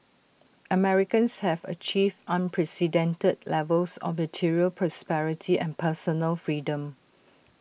Americans have achieved unprecedented levels of material prosperity and personal freedom